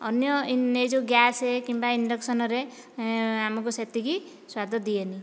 ଅନ୍ୟ ଏ ଯେଉଁ ଗ୍ୟାସ କିମ୍ବା ଇଣ୍ଡକ୍ସନରେ ଆମକୁ ସେତିକି ସ୍ୱାଦ ଦିଏନି